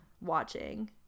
watching